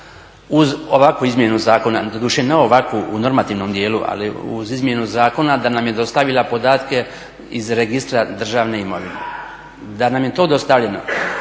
uz ovakvu izmjenu zakona, doduše ne ovakvu u normativnom dijelu, ali uz izmjenu zakona da nam je dostavila podatke iz registra državne imovine. Da nam je to dostavljeno